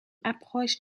approche